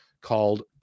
called